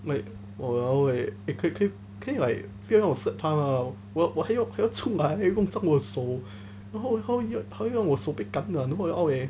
like !walao! eh can can can you like 不要让我 slap 他 mah 我我还要出来弄脏我的手然后他还要我的手被感染